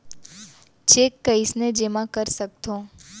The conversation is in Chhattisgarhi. चेक कईसने जेमा कर सकथो?